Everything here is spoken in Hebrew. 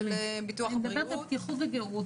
בריאות --- אני מדברת על בטיחות וגהות,